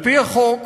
על-פי החוק,